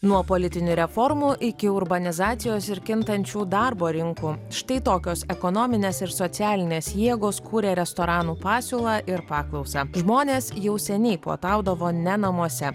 nuo politinių reformų iki urbanizacijos ir kintančių darbo rinkų štai tokios ekonominės ir socialinės jėgos kūrė restoranų pasiūlą ir paklausą žmonės jau seniai puotaudavo ne namuose